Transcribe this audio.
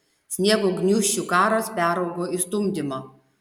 sniego gniūžčių karas peraugo į stumdymą